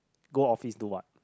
go office do what